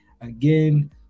again